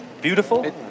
beautiful